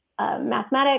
mathematics